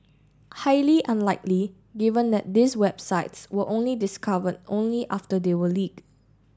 highly unlikely given that these websites were only discovered only after they were leaked